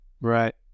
Right